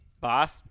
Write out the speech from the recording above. boss